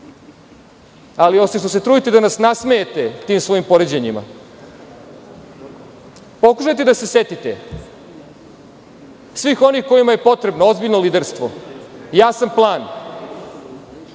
ali, osim što se trudite da nas nasmejete tim svojim poređenjima, pokušajte da se setite svih onih kojima je potrebno ozbiljno liderstvo, jasan plan,